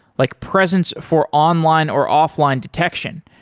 like presence for online or offline detection,